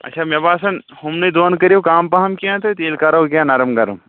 اچھا مےٚ باسان ہُمنٕے دۄن کٔرِو کَم پَہم کیٚنہہ تہٕ تیٚلہِ کرو کیٚنہہ نَرَم گرَم